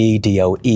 DOE